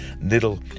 little